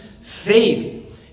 faith